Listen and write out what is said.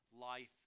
life